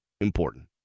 important